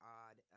odd